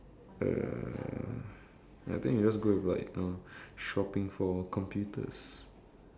uh I think you just go with like uh shopping for computers